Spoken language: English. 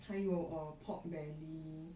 还有 err pork belly